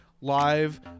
live